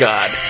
God